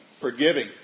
forgiving